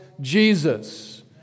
Jesus